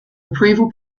approval